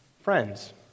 friends